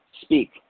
speak